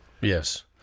Yes